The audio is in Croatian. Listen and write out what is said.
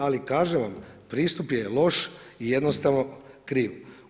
Ali kažem vam, pristup je loš i jednostavno kriv.